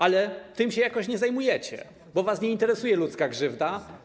Ale tym jakoś się nie zajmujecie, bo was nie interesuje ludzka krzywda.